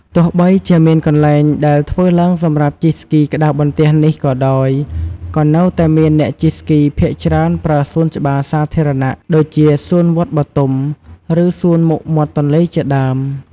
ទោះបីជាមានកន្លែងដែលធ្វើឡើងសម្រាប់ជិះស្គីក្ដារបន្ទះនេះក៏ដោយ ក៏នៅតែមានអ្នកជិះស្គីភាគច្រើនប្រើសួនច្បារសាធារណៈ ដូចជា សួនវត្តបទុម ឬ សួនមុខមាត់ទន្លេជាដើម។